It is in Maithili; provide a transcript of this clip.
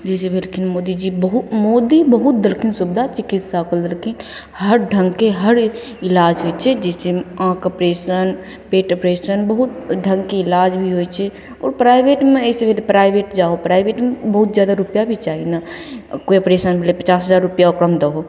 जइसे भेलखिन मोदीजी बहुत मोदी बहुत देलखिन सुविधा चिकित्सापर बल्कि हर ढङ्गके हर इलाज होइ छै जइसेमे आँखिके ऑपरेशन पेट ऑपरेशन बहुत ढङ्गके इलाज भी होइ छै ओ प्राइवेटमे अइसे भी प्राइवेट जाहो प्राइवेटमे बहुत जादा रुपैआ भी चाही ने कोइ अपरेशनमे पचास हजार रुपैआ ओकरामे दहो